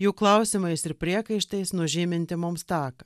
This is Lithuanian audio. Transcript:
jų klausimais ir priekaištais nužyminti mums taką